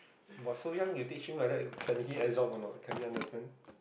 !wah! so young you teach him like that can he absorb or not can he understand